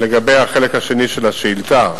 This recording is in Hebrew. לגבי החלק השני של השאילתא,